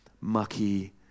mucky